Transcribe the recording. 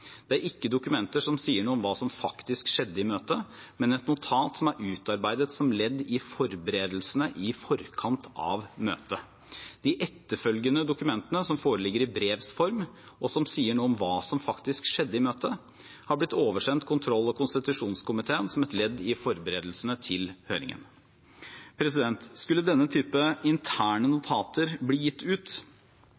Det er ikke dokumenter som sier noe om hva som faktisk skjedde i møtet, men et notat som er utarbeidet som ledd i forberedelsene i forkant av møtet. De etterfølgende dokumentene, som foreligger i brevs form, og som sier noe om hva som faktisk skjedde i møtet, har blitt oversendt kontroll- og konstitusjonskomiteen som et ledd i forberedelsene til høringen. Skulle denne typen interne